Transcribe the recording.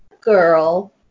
girl